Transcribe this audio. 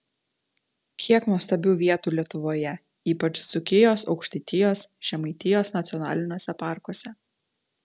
kiek nuostabių vietų lietuvoje ypač dzūkijos aukštaitijos žemaitijos nacionaliniuose parkuose